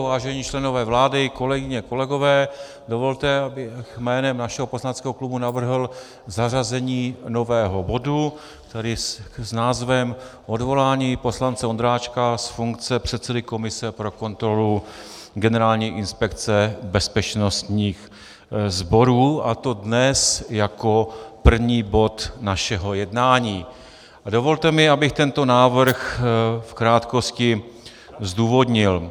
Vážení členové vlády, kolegyně kolegové, dovolte, abych jménem našeho poslaneckého klubu navrhl zařazení nového bodu s názvem Odvolání poslance Ondráčka z funkce předsedy komise pro kontrolu Generální inspekce bezpečnostních sborů, a to dnes jako první bod našeho jednání, a dovolte mi, abych tento návrh v krátkosti zdůvodnil.